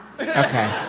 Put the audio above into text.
Okay